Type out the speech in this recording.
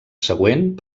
següent